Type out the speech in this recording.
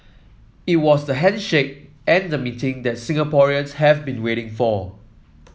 it was the handshake and the meeting that Singaporeans have been waiting for